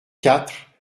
quatre